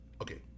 Okay